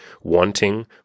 wanting